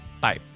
Bye